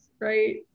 right